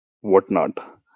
whatnot